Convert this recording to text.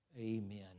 Amen